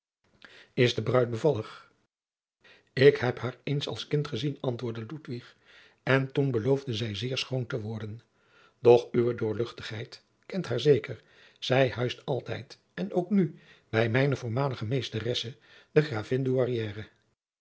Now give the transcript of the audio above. is de bruid bevallig ik heb haar eens als kind gezien antwoordde ludwig en toen beloofde zij zeer schoon te worden doch uwe doorl kent haar zeker zij huist altijd en ook nu bij mijne voormalige meesteresse de gravin douairière